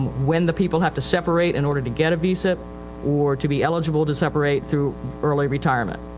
when the people have to separate in order to get a vsip or to be eligible to separate through early retirement.